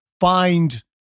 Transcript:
find